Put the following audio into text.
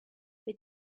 les